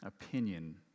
opinion